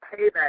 payback